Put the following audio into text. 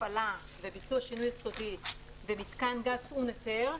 הפעלה וביצוע שינוי יסודי במתקן גז טעון היתר,